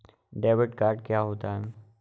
Debit card क्या होता है?